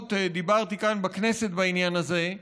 שבועות דיברתי כאן בכנסת בעניין הזה,